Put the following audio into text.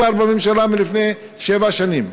שכבר אושר בממשלה לפני שבע שנים.